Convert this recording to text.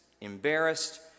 embarrassed